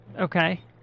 Okay